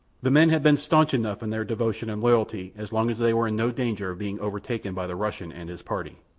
the men had been staunch enough in their devotion and loyalty as long as they were in no danger of being overtaken by the russian and his party.